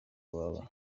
wawe